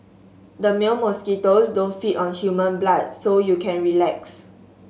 the male mosquitoes don't feed on human blood so you can relax